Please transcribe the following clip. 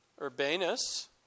Urbanus